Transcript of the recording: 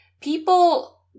People